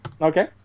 Okay